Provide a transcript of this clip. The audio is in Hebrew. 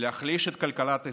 להחליש את כלכלת ישראל,